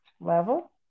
level